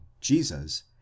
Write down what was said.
Jesus